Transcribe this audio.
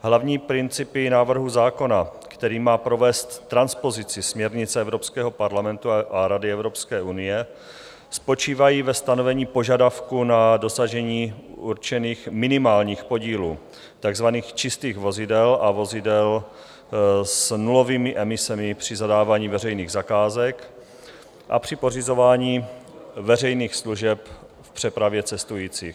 Hlavní principy návrhu zákona, který má provést transpozici směrnice Evropského parlamentu a Rady Evropské unie, spočívají ve stanovení požadavku na dosažení určených minimálních podílů takzvaných čistých vozidel a vozidel s nulovými emisemi při zadávání veřejných zakázek a při pořizování veřejných služeb v přepravě cestujících.